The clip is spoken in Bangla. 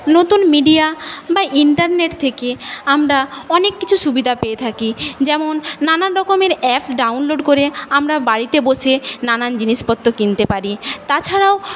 নতুন মিডিয়া বা ইন্টারনেট থেকে আমরা অনেক কিছু সুবিধা পেয়ে থাকি যেমন নানান রকমের অ্যাপস ডাউনলোড করে আমরা বাড়িতে বসে নানান জিনিসপত্র কিনতে পারি তাছাড়াও